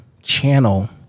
channel